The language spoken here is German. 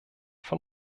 von